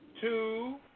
two